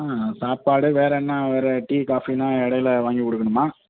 சாப்பாடு வேறு என்ன வேறு டீ காபின்னா எடையில் வாங்கி கொடுக்கணுமா